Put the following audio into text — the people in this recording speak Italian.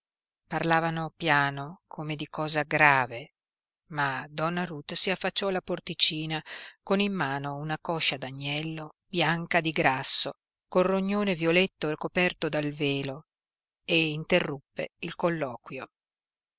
parlavano piano come di cosa grave ma donna ruth si affacciò alla porticina con in mano una coscia d'agnello bianca di grasso col rognone violetto coperto dal velo e interruppe il colloquio